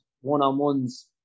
one-on-ones